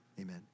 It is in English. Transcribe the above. amen